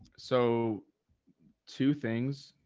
so two things,